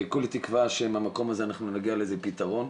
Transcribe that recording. כולי תקווה שמהמקום הזה אנחנו נגיע לאיזה פתרון,